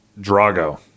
Drago